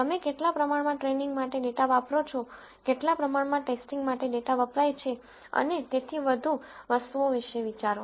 તમે કેટલા પ્રમાણમાં ટ્રેઈનીંગ માટે ડેટા વાપરો છો કેટલા પ્રમાણમાં ટેસ્ટિંગ માટે ડેટા વપરાય છે અને તેથી વધુ વસ્તુઓ વિશે વિચારો